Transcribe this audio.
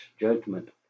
judgment